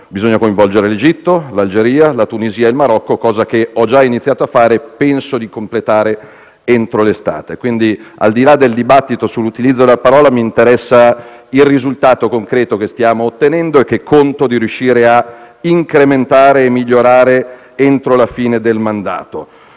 bisogna coinvolgere l'Egitto, l'Algeria, la Tunisia e il Marocco, cosa che ho già iniziato a fare. Penso di completare entro l'estate. Quindi, al di là del dibattito sull'utilizzo della parola, mi interessa il risultato concreto che stiamo ottenendo e che conto di riuscire a incrementare e migliorare entro la fine del mandato.